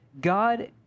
God